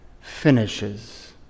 finishes